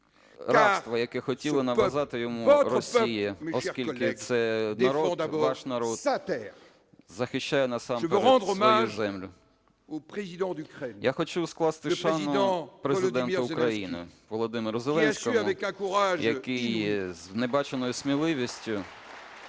рабство, яке хотіла нав'язати йому Росія, оскільки це народ, ваш народ захищає насамперед свою землю. Я хочу скласти шану Президенту України Володимиру Зеленському, який з небаченою сміливістю